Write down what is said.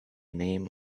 name